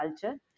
culture